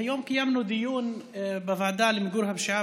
היום קיימנו דיון בוועדה למיגור הפשיעה